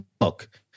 look